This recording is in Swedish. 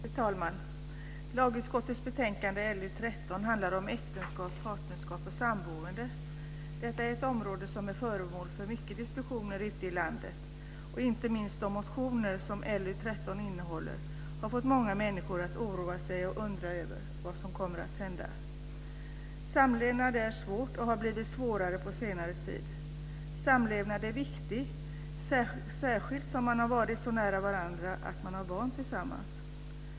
Fru talman! Lagutskottets betänkande LU13 handlar om äktenskap, partnerskap och samboende. Detta är ett område som är föremål för många diskussioner ute i landet, och inte minst de motioner som LU13 innehåller har fått många människor att oroa sig och undra vad som kommer att hända. Samlevnad är svårt och har blivit svårare på senare tid. Samlevnad är viktigt, särskilt om man har varit så nära varandra att man har barn tillsammans.